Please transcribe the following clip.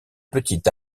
petite